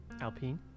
Alpine